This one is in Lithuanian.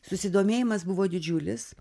susidomėjimas buvo didžiulis